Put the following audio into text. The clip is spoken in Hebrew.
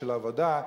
של עבודה,